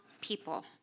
people